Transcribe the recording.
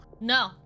No